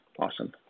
Awesome